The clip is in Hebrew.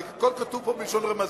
הרי הכול כתוב פה בלשון רמזים,